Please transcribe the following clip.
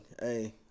Hey